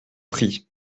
pris